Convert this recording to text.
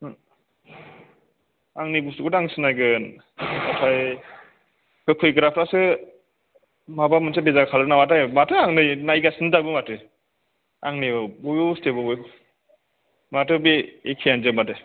आंनि बुस्तुखौथ' आं सिनायगोन नाथाय होफैग्राफ्रासो माबा मोनसे बेजार खालामदों नामाथाय माथो आंलाय नायगासिनो दाबो माथो आंनि बयबो बस्तुखौबो माथो बे एखेआनोजोब माथो